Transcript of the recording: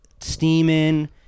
steaming